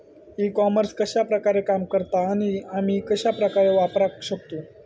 E commerce कश्या प्रकारे काम करता आणि आमी कश्या प्रकारे वापराक शकतू?